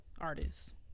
artists